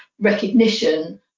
recognition